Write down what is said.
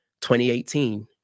2018